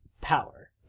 power